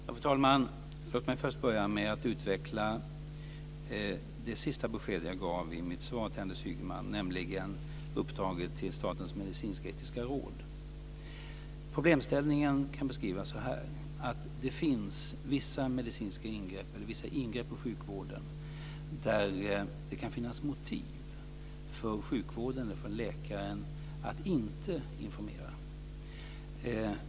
Fru talman! Låt mig börja med att utveckla det sista beskedet i mitt svar till Anders Ygeman, nämligen det om uppdraget till Statens medicinsk-etiska råd. Problemställningen kan beskrivas så här: Det finns vissa, medicinska eller andra, ingrepp inom sjukvården där det kan finnas motiv för läkaren att inte informera.